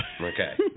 Okay